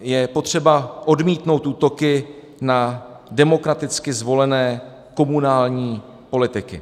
Je potřeba odmítnout útoky na demokraticky zvolené komunální politiky.